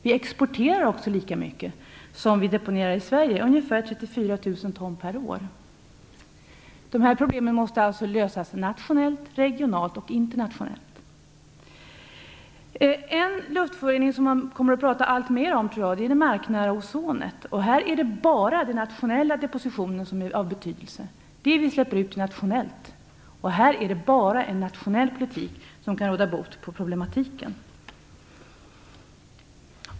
Vi exporterar också lika mycket som vi deponerar i Sverige, ungefär 34 000 ton per år. Dessa problem måste alltså lösas nationellt, regionalt och internationellt. En luftförorening som jag tror att man kommer att prata alltmer om är det marknära ozonet. Här är det bara den nationella depositionen som är av betydelse, dvs. det vi släpper ut nationellt. Det är bara en nationell politik som kan råda bot på problemen.